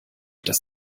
dass